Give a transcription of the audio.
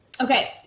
Okay